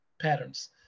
patterns